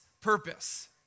purpose